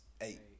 Eight